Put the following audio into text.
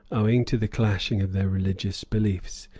owing to the clashing of their religious beliefs,